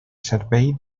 servei